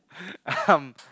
um